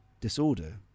disorder